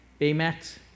Baymax